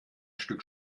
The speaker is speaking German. stück